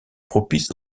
propice